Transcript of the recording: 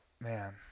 Man